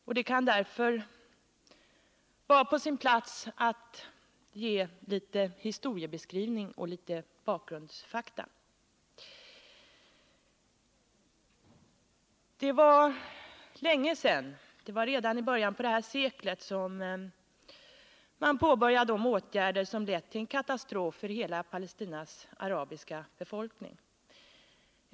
Därför kan det vara på sin plats med litet historiebeskrivning och bakgrundsfakta. För länge sedan, redan i början av detta sekel, påbörjades de åtgärder som har lett till en katastrof för Palestinas hela arabiska befolkning.